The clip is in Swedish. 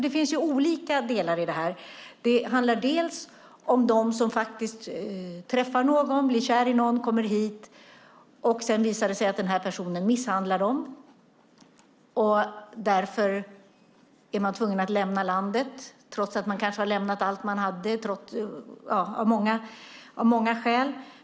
Det finns olika delar i detta. Det handlar bland annat om den som faktiskt träffar någon, bli kär i någon och kommer hit, och sedan visar det sig att personen misshandlar henne och därför är hon tvungen att lämna landet, trots att hon har lämnat allt hon hade.